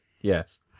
Yes